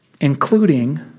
including